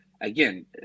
again